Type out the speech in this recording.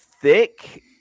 thick